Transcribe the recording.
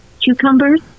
cucumbers